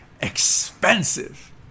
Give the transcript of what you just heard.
expensive